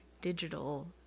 digital